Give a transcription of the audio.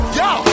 yo